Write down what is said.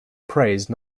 praise